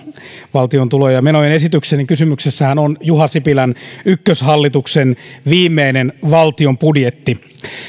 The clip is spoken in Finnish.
valtion tulo ja menoesityksessähän on kysymyksessä juha sipilän ykköshallituksen viimeinen valtion budjetti